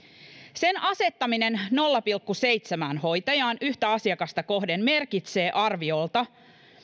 sen asettaminen nolla pilkku seitsemään hoitajaan yhtä asiakasta kohden merkitsee arviolta